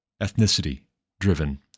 ethnicity-driven